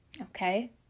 okay